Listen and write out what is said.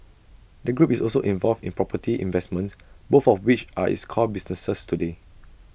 the group is also involved in property investments both of which are its core businesses today